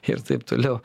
ir taip toliau